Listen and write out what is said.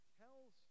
tells